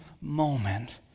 moment